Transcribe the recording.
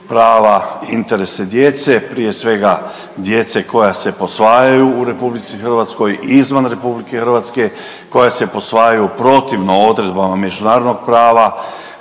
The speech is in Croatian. prava i interese djece, prije svega djece koja se posvajaju u RH i izvan RH, koja se posvajaju protivno odredbama međunarodnog prava